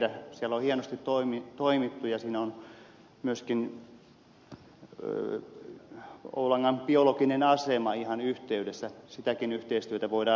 siellä on hienosti toimittu ja siinä on myöskin oulangan biologinen asema ihan yhteydessä sitäkin yhteistyötä voidaan lisätä